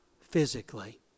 physically